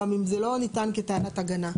גם אם זה לא נטען כטענת הגנה.